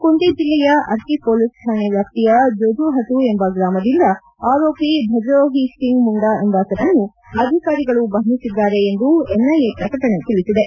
ಕುಂತಿ ಜಿಲ್ಲೆಯ ಅರ್ಕಿ ಪೊಲೀಸ್ ಕಾಣೆ ವ್ಯಾಪ್ತಿಯ ಜೋಜೊಹಟು ಎಂಬ ಗ್ರಾಮದಿಂದ ಆರೋಪಿ ಭಜೋಹ್ರಿ ಸಿಂಗ್ ಮುಂಡಾ ಎಂಬಾತನನ್ನು ಅಧಿಕಾರಿಗಳು ಬಂಧಿಸಿದ್ದಾರೆ ಎಂದು ಎನ್ಐಎ ಪ್ರಕಟಣೆ ತಿಳಿಬದೆ